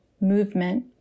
movement